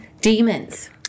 Demons